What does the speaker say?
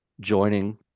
joining